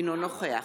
אינו נוכח